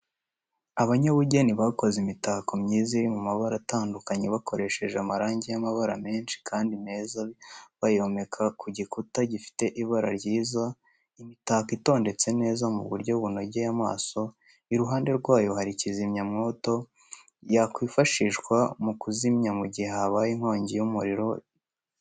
Abanyabugeni bakoze imitako myiza iri mu mabara atandukanye bakoresheje amarangi y'amabara menshi kandi meza bayomeka ku gikuta gifite ibara ryiza, imitako itondetse neza mu buryo bunogeye amaso, iruhande rwayo hari kizimyamwoto yakwifashishwa mu kuzimya mu gihe habaye impanuka y'inkongi y'umuriro.